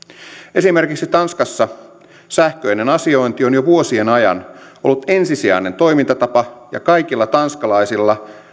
esimerkiksi tanskassa sähköinen asiointi on jo vuosien ajan ollut ensisijainen toimintatapa ja kaikilla tanskalaisilla